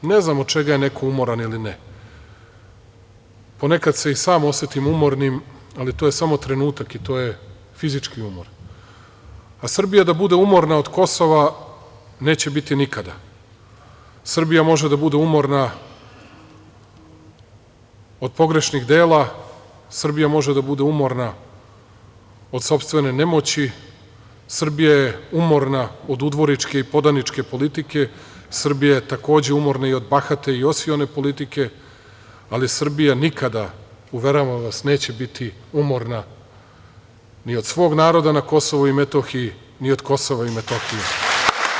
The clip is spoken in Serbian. Ne znam od čega je neko umoran ili ne, ponekad se i sam osetim umornim, ali to je samo trenutak i to je fizički umor, a Srbija da bude umorna od Kosova neće biti nikada, Srbija može da bude umorna od pogrešnih dela, Srbija može da bude umorna od sopstvene nemoći, Srbija je umorna od udvoričke u podaničke politike, Srbija je takođe umorna i od bahate i osione politike, ali Srbija nikada, uveravam vas, neće biti umorna ni od svog naroda na Kosovu i Metohiji, ni od Kosova i Metohije.